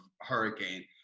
hurricane